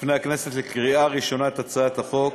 בפני הכנסת לקריאה ראשונה את הצעת חוק